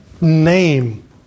name